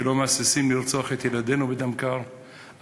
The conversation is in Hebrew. שלא מהססים לרצוח את ילדינו בדם קר,